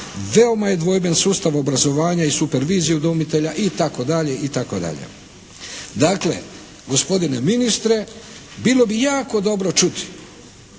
veoma je dvojben sustav obrazovanja i supervizije udomitelja itd. Dakle, gospodine ministre! Bilo bi jako dobro čuti,